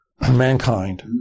mankind